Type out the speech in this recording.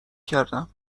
کردم